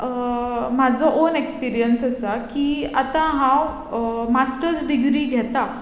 म्हजो own experience आसा की आतां हांव मास्टस डिग्री घेतां